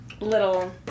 little